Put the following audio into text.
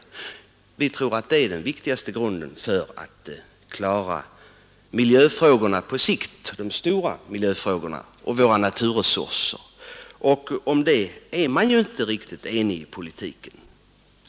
Vi tror att det är den viktigaste grunden för en lösning av de stora miljöproblemen på sikt och skydd för våra naturresurser. Om detta och om hur man skall klara decentraliseringen är man ju inte riktigt enig i politiken.